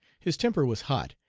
his temper was hot,